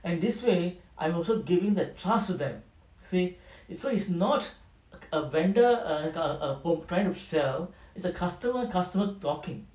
and this way I'm also giving that trust to them see it so it's not a vendor err err trying to sell it's a customer customer talking